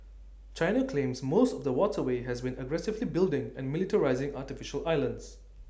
China claims most of the waterway and has been aggressively building and militarising artificial islands